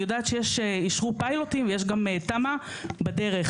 אני יודעת שאישרו פיילוטים ויש גם תמ"א בדרך.